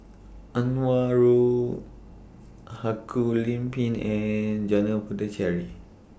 Anwarul Haque Lim Pin and Janil Puthucheary